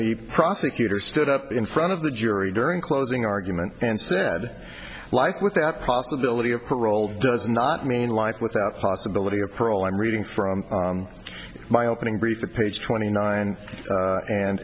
the prosecutor stood up in front of the yury during closing argument and said life without possibility of parole does not mean life without possibility of parole i'm reading from my opening brief to page twenty nine and